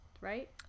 Right